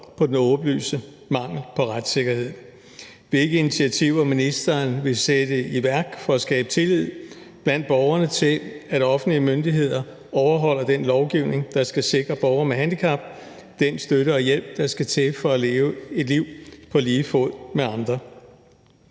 på den åbenlyse mangel på retssikkerhed, og hvilke initiativer ministeren vil sætte i værk for at skabe tillid blandt borgerne til, at offentlige myndigheder overholder den lovgivning, der skal sikre borgere med handicap den støtte og hjælp, der skal til for at leve et liv på lige fod med andre.